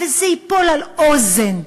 וזה ייפול על אוזן,